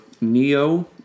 Neo